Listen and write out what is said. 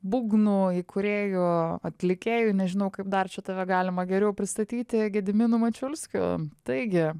būgnų įkūrėju atlikėju nežinau kaip dar čia tave galima geriau pristatyti gediminu mačiulskiu taigi